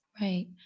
Right